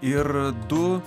ir du